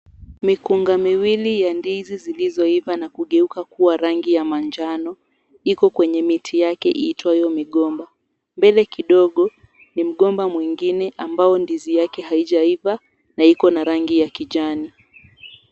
Mikunga miwili ya ndizi zilizoiva na kugeuka kuwa rangi ya manjano iko kwenye miti yake iitwayo migomba. Mbele kidogo, ni mgomba mwingine ambao ndizi yake haijaiva na ikona rangi ya kijani.